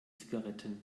zigaretten